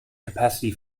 capacity